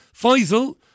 Faisal